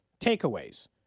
takeaways